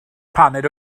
paned